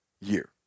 year